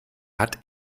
hat